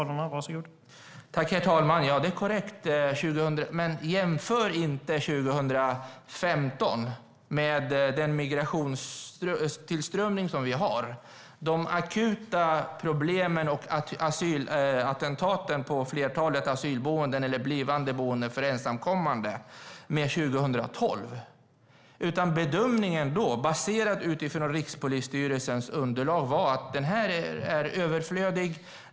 Herr talman! Ja, det är korrekt. Men jämför inte 2015 och den migrationstillströmning som vi har nu, de akuta problemen och asylattentaten på ett flertal asylboenden eller blivande boenden för ensamkommande, med 2012! Bedömningen då, baserad på Rikspolisstyrelsens underlag, var att beredskapspolisen är överflödig.